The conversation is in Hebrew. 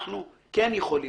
אנחנו כן יכולים